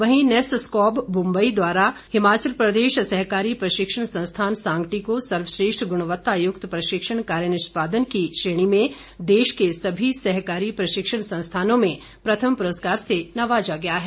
वहीं नैफस्कॉब मुंबई द्वारा हिमाचल प्रदेश सहकारी प्रशिक्षण संस्थान सांगटी को सर्वश्रेष्ठ गुणवत्तायुक्त प्रशिक्षण कार्य निष्पादन की श्रेणी में देश के सभी सहकारी प्रशिक्षण संस्थानों में प्रथम पुरस्कार से नवाजा गया है